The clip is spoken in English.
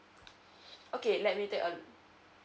okay let me take a